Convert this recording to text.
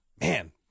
man